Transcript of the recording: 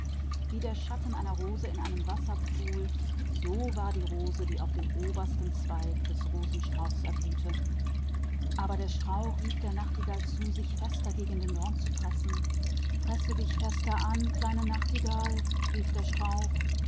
wie das schattenbild einer rose im teiche so war die rose die aufblühte an der spitze des rosenstocks der aber rief der nachtigall zu daß sie sich fester noch gegen den dorn presse drück fester kleine nachtigall rief er